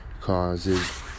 causes